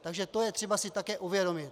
Takže to je třeba si také uvědomit.